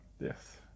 yes